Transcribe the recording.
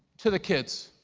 to the kids.